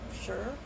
sure